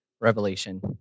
Revelation